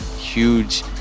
huge